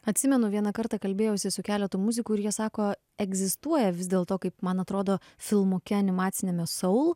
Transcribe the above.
atsimenu vieną kartą kalbėjausi su keletu muzikų ir jie sako egzistuoja vis dėl to kaip man atrodo filmuke animaciniame saul